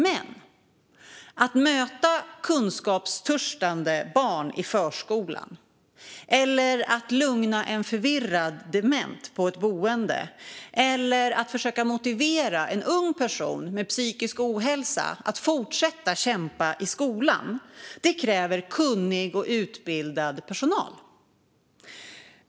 Men att möta kunskapstörstande barn i förskolan eller att lugna en förvirrad dement på ett boende eller att försöka motivera en ung person med psykisk ohälsa att fortsätta kämpa i skolan, det kräver kunnig och utbildad personal.